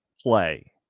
play